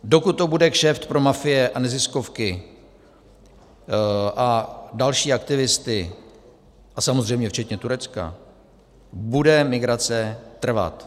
Dokud to bude kšeft pro mafie a neziskovky a další aktivisty, samozřejmě včetně Turecka, bude migrace trvat.